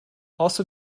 also